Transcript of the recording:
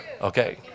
Okay